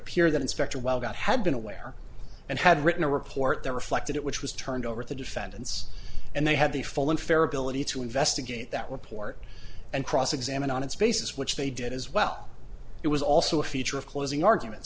appeared that inspector while that had been aware and had written a report there reflected it which was turned over to the defendants and they had the full and fair ability to investigate that report and cross examine on its basis which they did as well it was also a feature of closing argument